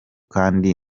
kandi